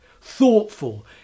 thoughtful